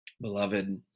Beloved